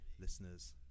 listeners